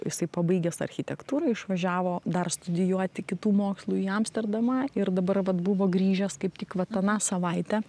jisai pabaigęs architektūrą išvažiavo dar studijuoti kitų mokslų į amsterdamą ir dabar vat buvo grįžęs kaip tik vat aną savaitę